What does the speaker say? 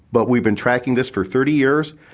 but we've been tracking this for thirty years,